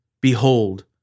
Behold